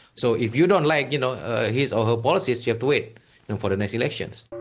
so if you don't like you know his or her policies, you have to wait and for the next elections.